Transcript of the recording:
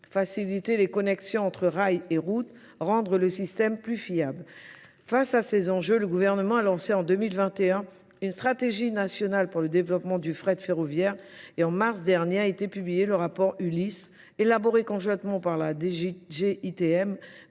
faciliter les connexions entre rails et routes, rendre le système plus fiable. Face à ces enjeux, le gouvernement a lancé en 2021 une stratégie nationale pour le développement du frais de ferroviaire et en mars dernier a été publié le rapport ULIS, élaboré conjointement par la DGITM,